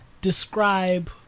describe